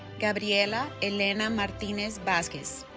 gabreila elena martinez vasquez